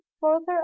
further